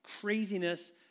craziness